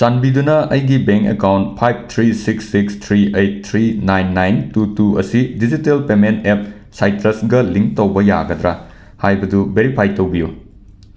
ꯆꯥꯟꯕꯤꯗꯨꯅ ꯑꯩꯒꯤ bank account ꯐꯥꯏꯕ three six six three eight three nine nine two two ꯑꯁꯤ ꯗꯤꯖꯤꯇꯦꯜ ꯄꯦꯃꯦꯟ ꯑꯦꯞ ꯁꯥꯏꯇ꯭ꯔꯁꯒ ꯂꯤꯡꯛ ꯇꯧꯕ ꯌꯥꯒꯗ꯭ꯔꯥ ꯍꯥꯏꯕꯗꯨ ꯕꯦꯔꯤꯐꯥꯏ ꯇꯧꯕꯤꯌꯨ